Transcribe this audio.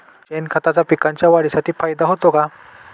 शेणखताचा पिकांच्या वाढीसाठी फायदा होतो का?